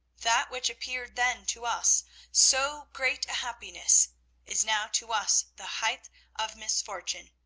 that which appeared then to us so great a happiness is now to us the height of misfortune.